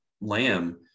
lamb